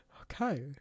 okay